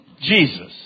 Jesus